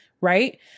Right